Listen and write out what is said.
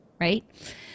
right